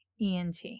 ENT